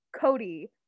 Cody